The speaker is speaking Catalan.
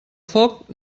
foc